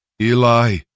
Eli